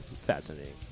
fascinating